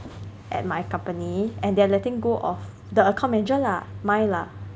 at my company and they're letting go of the account manager lah mine lah